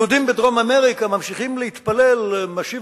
יהודים בדרום-אמריקה ממשיכים להתפלל "משיב